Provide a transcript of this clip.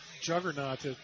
juggernaut